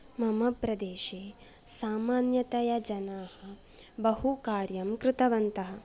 मम प्रदेशे सामान्यतया जनाः बहु कार्यं कृतवन्तः